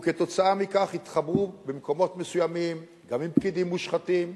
וכתוצאה מכך התחברו במקומות מסוימים גם עם פקידים מושחתים.